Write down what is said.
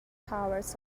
powers